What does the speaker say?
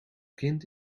kind